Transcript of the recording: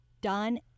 done